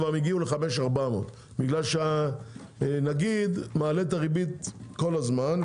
כבר הגיעו ל-5,400 כי הנגיד מעלה את הריבית כל הזמן,